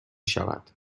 شود